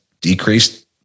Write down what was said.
decreased